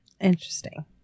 Interesting